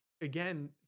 again